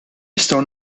nistgħu